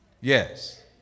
yes